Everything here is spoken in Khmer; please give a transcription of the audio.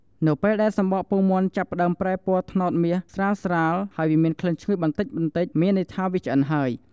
នៅពេលដែលសំបកពងមាន់ចាប់ផ្តើមប្រែពណ៌ត្នោតមាសស្រាលៗ ហើយមានក្លិនឈ្ងុយបន្តិចៗ មានន័យថាវាឆ្អិនហើយ។